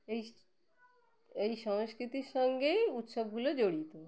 এই এই সংস্কৃতির সঙ্গেই উৎসবগুলো জড়িত